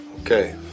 Okay